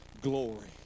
glory